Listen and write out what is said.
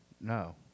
No